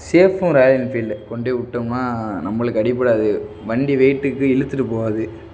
சேஃபும் royal enfield கொண்டோபோய் விட்டோம்னா நம்மளுக்கு அடிபடாது வண்டி வெயிட்டுக்கு இழுத்துட்டுப் போகாது